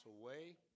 away